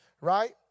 right